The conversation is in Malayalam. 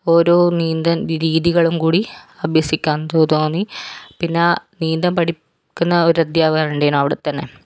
ഓരോ നീന്തൻ രീതികളും കൂടി അഭ്യസിക്കാൻ തോന്നി പിന്നെ നീന്തം പഠിപിക്കുന്ന ഒരു അദ്ധ്യാപകനുണ്ടേനു അവിടെത്തന്നെ